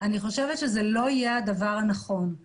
אני חושבת שזה לא יהיה הדבר הנכון.